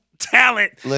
talent